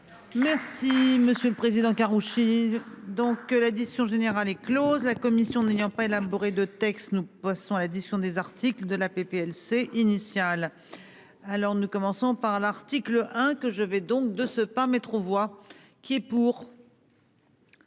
Merci Monsieur le Président, Karoutchi donc que la discussion générale est Close. La commission n'ayant pas élaboré de texte nous passons l'addition des articles de la PLC initial. Alors nous commençons par l'article 1 que je vais donc de ce pas métro voix qui est pour.